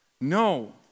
No